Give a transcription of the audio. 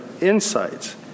insights